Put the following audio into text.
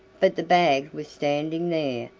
but the bag was standing there,